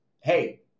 hey